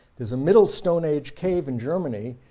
there's a middle stone age cave in germany,